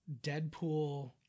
Deadpool